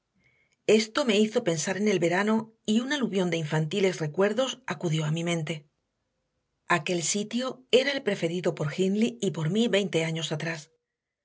esto me hizo pensar en el verano y un aluvión de infantiles recuerdos acudió a mi mente aquel sitio era el preferido por hindley y por mí veinte años atrás